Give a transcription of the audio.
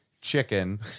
chicken